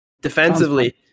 Defensively